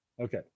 Okay